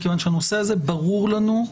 מכיוון שהנושא הזה ברור לנו.